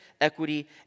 equity